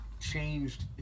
changed